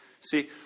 See